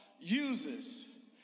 uses